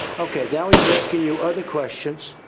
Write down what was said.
okay. they're always asking you other questions,